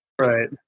Right